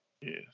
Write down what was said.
Yes